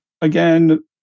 Again